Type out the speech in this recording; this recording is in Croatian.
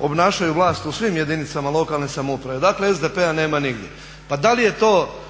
obnašaju vlast u svim jedinicama lokalne samouprave. Dakle SDP-a nema nigdje. Pa da li je to